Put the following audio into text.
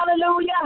hallelujah